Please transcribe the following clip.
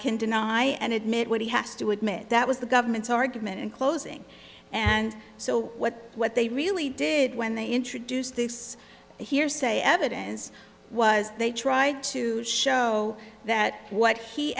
can deny and admit what he has to admit that was the government's argument in closing and so what what they really did when they introduced this hearsay evidence was they try to show that what he